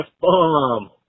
Bomb